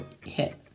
hit